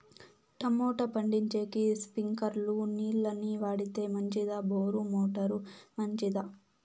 Tomato పండించేకి స్ప్రింక్లర్లు నీళ్ళ ని వాడితే మంచిదా బోరు మోటారు మంచిదా?